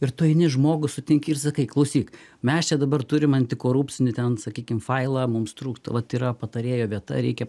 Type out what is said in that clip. ir tu eini žmogų sutinki ir sakai klausyk mes čia dabar turim antikorupcinių ten sakykim failą mums trūksta vat yra patarėjo vieta reikia